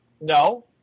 No